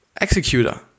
executor